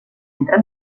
entre